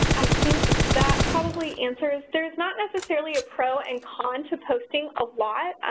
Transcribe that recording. i think that probably answers. there is not necessarily a pro and con to posting a lot.